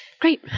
Great